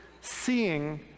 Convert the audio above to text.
seeing